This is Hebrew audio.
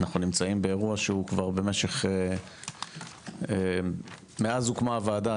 אנחנו נמצאים באירוע שהוא כבר במשך מאז הוקמה הוועדה,